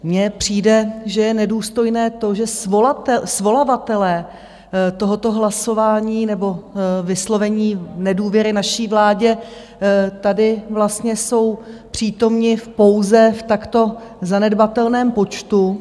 Mně přijde, že je nedůstojné to, že svolavatelé tohoto hlasování nebo vyslovení nedůvěry naší vládě tady vlastně jsou přítomni pouze v takto zanedbatelném počtu.